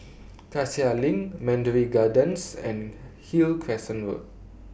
Cassia LINK Mandarin Gardens and Hillcrest Road